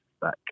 back